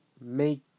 make